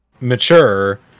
mature